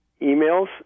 emails